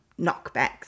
knockbacks